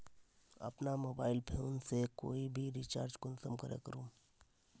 अपना mobile phone से कोई भी रिचार्ज कुंसम करे करूम?